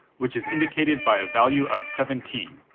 which is indicated by a value of seventeen.